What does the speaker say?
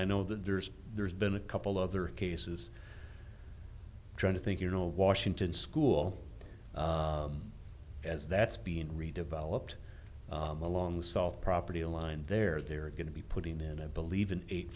i know that there's there's been a couple other cases trying to think you know washington school as that's being redeveloped along the south property line there they're going to be putting in i believe an eight